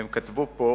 והם כתבו פה: